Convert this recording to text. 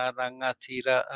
rangatira